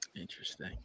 Interesting